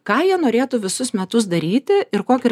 ką jie norėtų visus metus daryti ir kokį